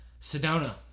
Sedona